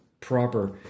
proper